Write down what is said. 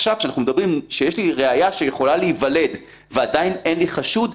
לגביו הארכות לאותם דוחות כפי שבאמת ציינו בתחילת הדיון.